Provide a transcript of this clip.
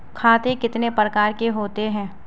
खाते कितने प्रकार के होते हैं?